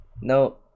no